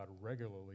regularly